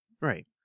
Right